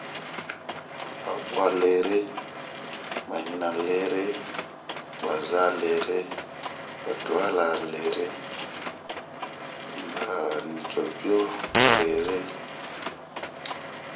babua lere ,baɲina lere, baza lere, batubar lere ,baanicobio lere